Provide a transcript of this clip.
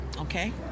Okay